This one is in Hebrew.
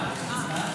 תודה.